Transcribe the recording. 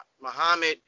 Muhammad